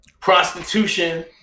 prostitution